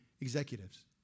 executives